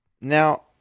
Now